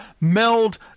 meld